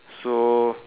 so